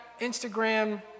Instagram